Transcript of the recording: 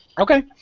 Okay